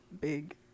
big